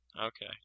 okay